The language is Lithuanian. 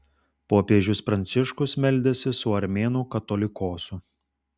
popiežius pranciškus meldėsi su armėnų katolikosu